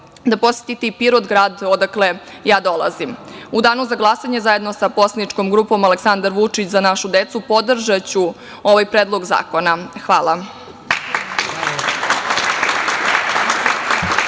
da posetite i Pirot grad odakle ja dolazim.U danu za glasanje zajedno sa poslaničkom grupom Aleksandar Vučić – Za našu decu, podržaću ovaj predlog zakona. Hvala.